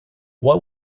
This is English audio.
what